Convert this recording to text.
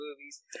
movies